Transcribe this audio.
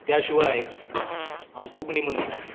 त्या शिवाय हांव कोंकणी मनीस